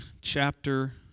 chapter